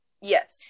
Yes